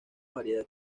variedad